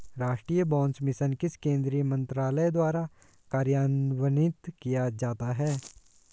राष्ट्रीय बांस मिशन किस केंद्रीय मंत्रालय द्वारा कार्यान्वित किया जाता है?